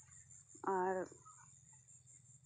ᱟᱨ